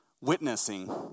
witnessing